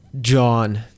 John